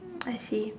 I see